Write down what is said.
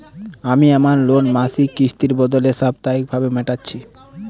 আমি আমার লোন মাসিক কিস্তির বদলে সাপ্তাহিক ভাবে মেটাচ্ছি